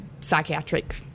psychiatric